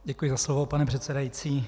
Děkuji za slovo, pane předsedající.